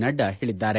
ನಡ್ಡಾ ಹೇಳಿದ್ದಾರೆ